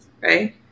right